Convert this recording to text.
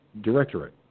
directorate